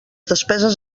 despeses